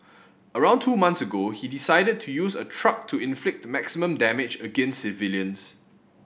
around two months ago he decided to use a truck to inflict maximum damage against civilians